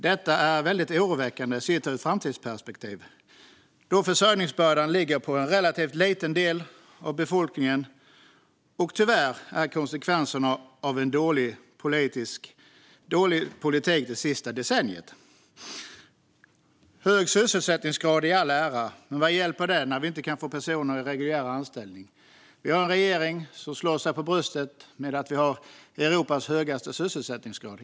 Detta är oroväckande sett ur ett framtidsperspektiv eftersom försörjningsbördan ligger på en relativt liten del av befolkningen, vilket tyvärr är konsekvensen av dålig politik det senaste decenniet. Hög sysselsättningsgrad i all ära, men vad hjälper det när det inte går att få in personer i reguljär anställning. Regeringen slår sig för bröstet med att Sverige har Europas högsta sysselsättningsgrad.